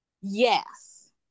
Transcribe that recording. Yes